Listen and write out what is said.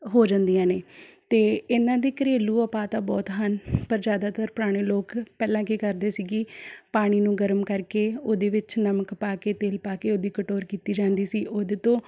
ਹੋ ਜਾਂਦੀਆਂ ਨੇ ਅਤੇ ਇਹਨਾਂ ਦੇ ਘਰੇਲੂ ਉਪਾਅ ਤਾਂ ਬਹੁਤ ਹਨ ਪਰ ਜ਼ਿਆਦਾਤਰ ਪੁਰਾਣੇ ਲੋਕ ਪਹਿਲਾਂ ਕੀ ਕਰਦੇ ਸੀਗੇ ਪਾਣੀ ਨੂੰ ਗਰਮ ਕਰਕੇ ਉਹਦੇ ਵਿੱਚ ਨਮਕ ਪਾ ਕੇ ਤੇਲ ਪਾ ਕੇ ਉਹਦੀ ਕਟੋਰ ਕੀਤੀ ਜਾਂਦੀ ਸੀ ਉਹਦੇ ਤੋਂ